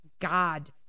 God